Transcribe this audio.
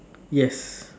yes